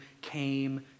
came